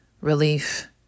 relief